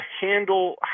handle